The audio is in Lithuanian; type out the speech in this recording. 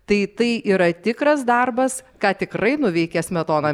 tai tai yra tikras darbas ką tikrai nuveikė smetona